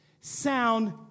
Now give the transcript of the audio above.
sound